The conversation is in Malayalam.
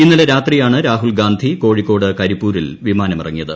ഇന്നലെ രാത്രിയാണ് രാഹുൽഗാന്ധി കോഴിക്കോട് കരിപ്പൂരിൽ വിമാനം ഇറങ്ങിയത്